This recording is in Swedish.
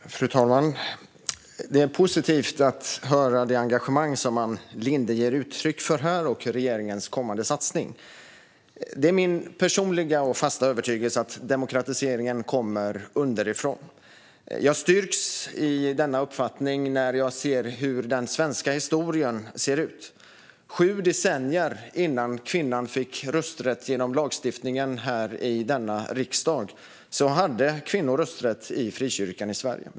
Fru talman! Det är positivt att höra det engagemang som Ann Linde ger uttryck för och om regeringens kommande satsning. Det är min personliga och fasta övertygelse att demokratiseringen kommer underifrån. Jag styrks i denna uppfattning när jag ser hur den svenska historien ser ut. Sju decennier innan kvinnor fick rösträtt genom lagstiftning i denna riksdag hade kvinnor rösträtt i frikyrkan i Sverige.